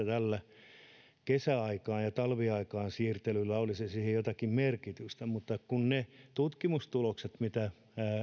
tällä kesäaikaan ja talviaikaan siirtelyllä olisi siinä jotakin merkitystä mutta ne tutkimustulokset mitä